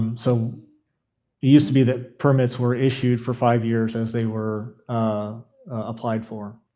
um so used to be that permits were issued for five years as they were applied for,